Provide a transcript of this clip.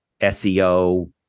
SEO